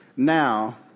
Now